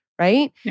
right